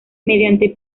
mediante